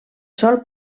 sol